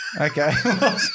Okay